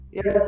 Yes